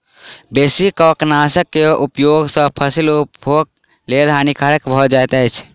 बेसी कवकनाशक के उपयोग सॅ फसील उपभोगक लेल हानिकारक भ जाइत अछि